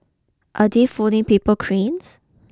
are they folding paper cranes